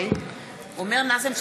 אומר נאזם,